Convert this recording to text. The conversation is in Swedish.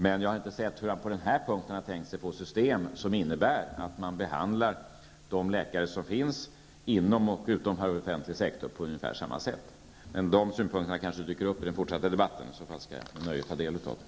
Jag har dock inte förstått hur han på den här punkten har tänkt sig ett system som innebär att man behandlar läkarna inom och utom den offentliga sektorn på ungefär samma sätt. De synpunkterna kanske dyker upp i den fortsatta debatten. I så fall skall jag med nöje ta del av dem.